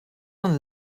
een